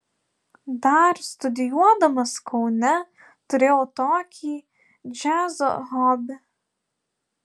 dar studijuodamas kaune turėjau tokį džiazo hobį